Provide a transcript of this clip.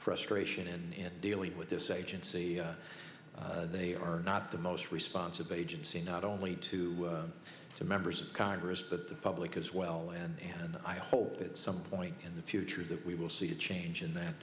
frustration in dealing with this agency they are not the most responsible agency not only to the members of congress but the public as well and i hope at some point in the future that we will see a change in th